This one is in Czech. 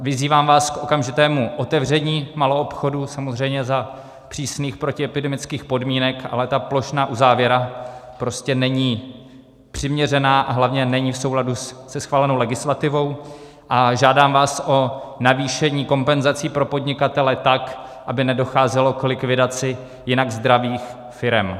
Vyzývám vás k okamžitému otevření maloobchodu, samozřejmě za přísných protiepidemických podmínek, ale ta plošná uzávěra prostě není přiměřená, a hlavně není v souladu se schválenou legislativou, a žádám vás o navýšení kompenzací pro podnikatele tak, aby nedocházelo k likvidaci jinak zdravých firem.